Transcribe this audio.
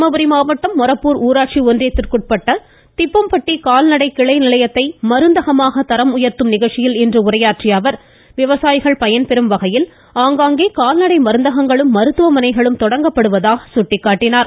தர்மபுரி மாவட்டம் மொரப்பூர் ஊராட்சி ஒன்றியத்திற்குட்பட்ட திப்பம்பட்டி கால்நடை கிளை நிலையத்தை மருந்தகமாக தரம் உயாத்தும் நிகழ்ச்சியில் இன்று உரையாற்றிய அவா் விவசாயிகள் கால்நடை மருந்தகங்களும் மருத்துவமனைகளும் தொடங்கப்படுவதாக சுட்டிக்காட்டினார்